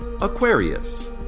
Aquarius